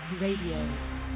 Radio